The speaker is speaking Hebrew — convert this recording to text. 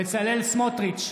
בצלאל סמוטריץ'